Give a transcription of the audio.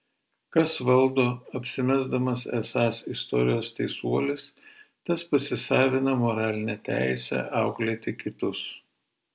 kas valdo apsimesdamas esąs istorijos teisuolis tas pasisavina moralinę teisę auklėti kitus